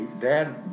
Dad